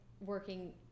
working